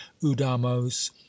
udamos